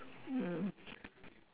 mm